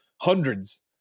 hundreds